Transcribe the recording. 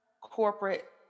corporate